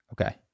Okay